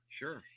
sure